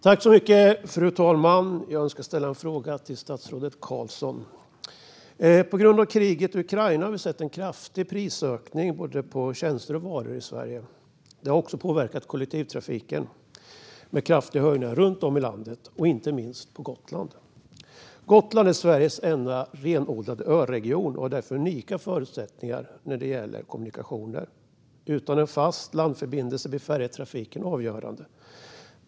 Fru talman! Jag önskar ställa en fråga till statsrådet Carlson. På grund av kriget i Ukraina har vi sett en kraftig prisökning på både tjänster och varor i Sverige. Det har också påverkat kollektivtrafiken med kraftiga höjningar runt om i landet, inte minst på Gotland. Gotland är Sveriges enda renodlade öregion och har därför unika förutsättningar när det gäller kommunikationer. Utan en fast landförbindelse blir färjetrafiken avgörande.